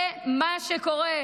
זה מה שקורה.